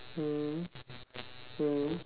mm mm